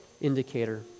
indicator